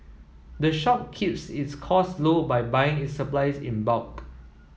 the shop keeps its costs low by buying its supplies in bulk